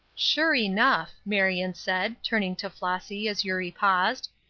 sure enough, marion said, turning to flossy, as eurie paused.